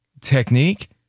technique